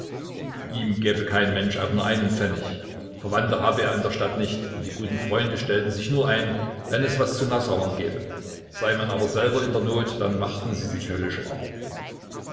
ihm gäbe kein mensch auch nur einen pfennig verwandte habe er in der stadt nicht und die guten freunde stellten sich nur ein wenn es was zu nassauern gäbe sei man aber selber in der not dann machten sie sich höllisch